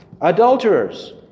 Adulterers